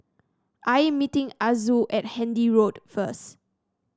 I am meeting Azul at Handy Road first